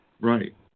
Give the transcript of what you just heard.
Right